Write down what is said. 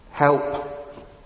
Help